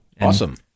Awesome